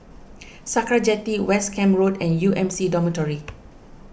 Sakra Jetty West Camp Road and U M C Dormitory